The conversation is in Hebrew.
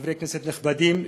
חברי כנסת נכבדים,